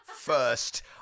first